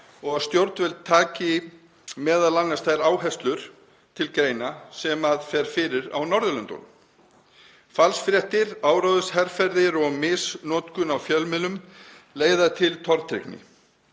og að stjórnvöld taki m.a. þær áherslur til greina sem eru á Norðurlöndunum. Falsfréttir, áróðursherferðir og misnotkun á fjölmiðlum leiða til tortryggni.